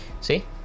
see